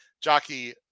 jockey